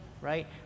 right